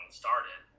started